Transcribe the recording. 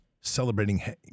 celebrating